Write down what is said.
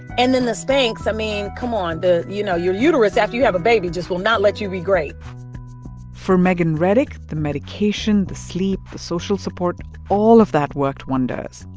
and then the spanx i mean, come on. the you know, your uterus after you have a baby just will not let you be great for meghan reddick, the medication, the sleep, the social support all of that worked wonders.